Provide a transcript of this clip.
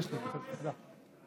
יו"ר הכנסת, שמעת,